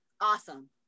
Awesome